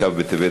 מזכירת הכנסת.